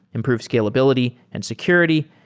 improve scalability and security,